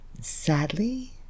sadly